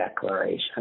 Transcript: declaration